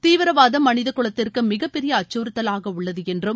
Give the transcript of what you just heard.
தீவிரவாதம் மனிதகுலத்திற்கு மிகப்பெரிய அச்சுறுத்தலாக உள்ளது என்றும்